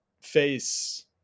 face